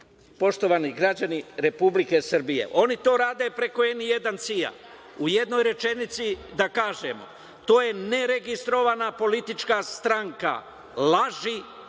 poštovani građani Republike Srbije, oni to rade preko N1 CIA u jednoj rečenici, da kažemo, to je neregistrovana politička stranka laži,